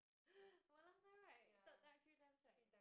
one last time right third time three times right